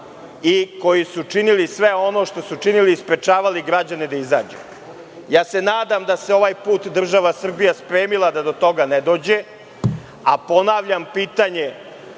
i koji su činili sve ono što su činili, sprečavali građane da izađu. Nadam se da se ovaj put država Srbija spremila da do toga ne dođe. Ponavljam pitanje